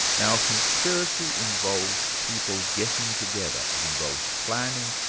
now conspiracy involves people getting together, it involves planning,